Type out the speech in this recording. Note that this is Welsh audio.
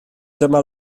dyma